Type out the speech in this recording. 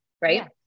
right